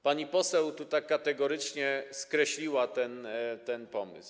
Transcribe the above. Pani poseł tu tak kategorycznie skreśliła ten pomysł.